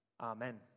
Amen